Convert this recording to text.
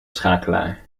schakelaar